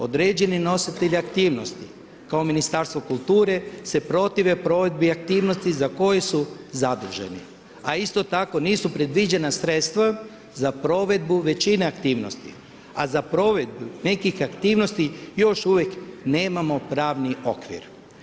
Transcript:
Određeni nositelj aktivnosti, kao Ministarstvo kulture se protive provedbi aktivnosti za koje su zaduženi, a isto tako nisu predviđena sredstva za provedbu većine aktivnosti, a za provedbu nekih aktivnosti još uvijek nemamo pravni okvir.